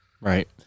right